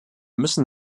müssen